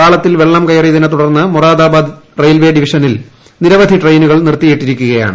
പാളത്തിൽ വെള്ളം കയറിയതിനെ തുടർന്ന് മൊറാദാബാദ് റെയിൽവേ ഡിവിഷനിൽ നിരവധി ട്രെയിനുകൾ നിർത്തിയിട്ടിരിക്കുകയാണ്